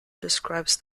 describes